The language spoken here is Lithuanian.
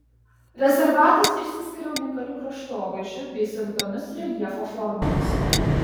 rezervatas išsiskiria unikaliu kraštovaizdžiu bei savitomis reljefo formomis